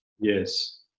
Yes